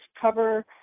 cover